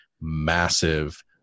massive